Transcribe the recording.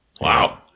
Wow